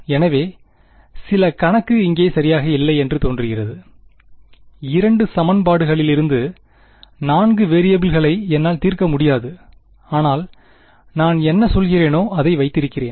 எனவே சில கணக்கு இங்கே சரியாக இல்லை என்று தோன்றுகிறது இரண்டு சமன்பாடுகளிலிருந்து 4 வேரியபிள்கள்களை என்னால் தீர்க்க முடியாது ஆனால் நான் என்ன சொல்கிறேனோ அதை வைத்திருக்கிறேன்